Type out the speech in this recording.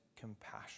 compassion